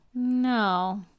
No